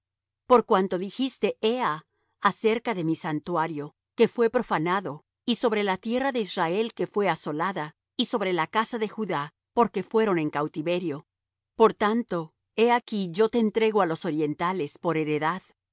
por cuanto dijiste ea acerca de mi santuario que fué profanado y sobre la tierra de israel que fué asolada y sobre la casa de judá porque fueron en cautiverio por tanto he aquí yo te entrego á los orientales por heredad